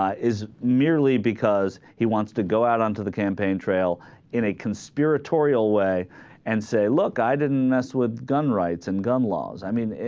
is nearly because he wants to go out onto the campaign trail in a conspiratorial way and say look i didn't mess with gun rights and gun laws i mean ah.